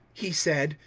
he said,